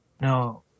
No